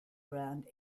around